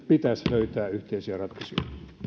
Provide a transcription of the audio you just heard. pitäisi löytää yhteisiä ratkaisuja